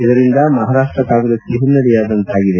ಇದರಿಂದ ಮಹಾರಾಷ್ಷ ಕಾಂಗ್ರೆಸ್ಗೆ ಹಿನ್ನಡೆಯಾದಂತಾಗಿದೆ